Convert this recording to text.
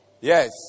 Yes